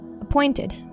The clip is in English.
appointed